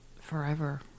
forever